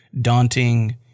daunting